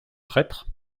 traître